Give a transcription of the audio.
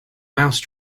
mouse